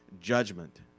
judgment